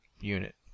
unit